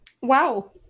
wow